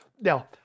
now